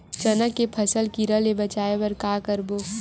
चना के फसल कीरा ले बचाय बर का करबो?